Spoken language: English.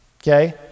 okay